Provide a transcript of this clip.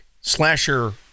slasher